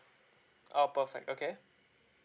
oh perfect okay